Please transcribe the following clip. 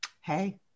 hey